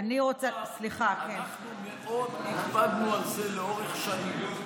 אנחנו מאוד הקפדנו על זה לאורך שנים,